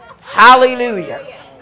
Hallelujah